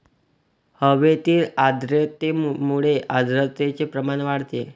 हवेतील आर्द्रतेमुळे आर्द्रतेचे प्रमाण वाढते